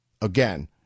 Again